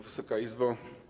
Wysoka Izbo!